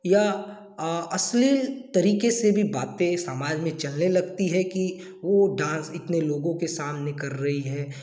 या अश्लील तरीके से भी बातें समाज में चलने लगती हैं कि वो डांस इतने लोगों के सामने कर रही है